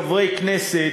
חברי הכנסת,